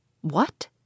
What